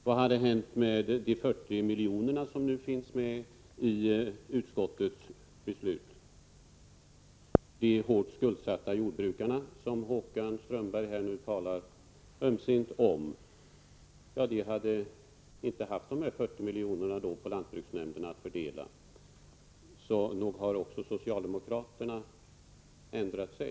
Vad hade hänt med de 40 miljoner som nu finns med i utskottets förslag? De hårt skuldsatta jordbrukarna, som Håkan Strömberg nu talar ömsint om, hade inte haft de här 40 miljonerna som lantbruksnämnderna skall fördela. Så nog har också socialdemokraterna ändrat sig.